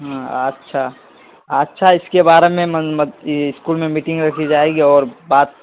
ہاں اچھا اچھا اس کے بارے میں اسکول میں میٹنگ رکھی جائے گی اور بات